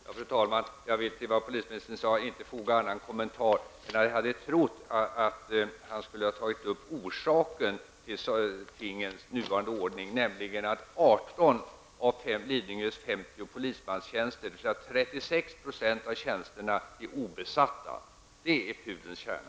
Fru talman! Till det som polisministern sade vill jag inte foga annan kommentar än att jag hade trott att han skulle ha tagit upp orsaken till tingens nuvarande ordning, nämligen att 18 av 50 polismanstjänster i Lidingö -- dvs. 36 % av tjänsterna -- är obesatta. Det är det som är pudelns kärna.